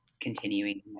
continuing